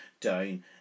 down